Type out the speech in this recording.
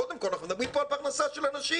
קודם כל אנחנו מדברים פה על פרנסה של אנשים,